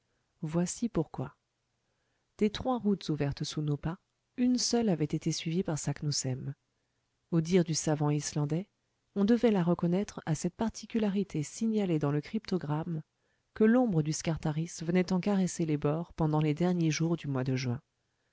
voici pourquoi des trois routes ouvertes sous nos pas une seule avait été suivie par saknussemm au dire du savant islandais on devait la reconnaître à cette particularité signalée dans le cryptogramme que l'ombre du scartaris venait en caresser les bords pendant les derniers jours du mois de juin